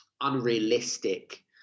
unrealistic